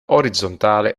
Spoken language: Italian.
orizzontale